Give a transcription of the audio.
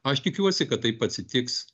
aš tikiuosi kad taip atsitiks